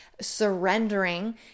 surrendering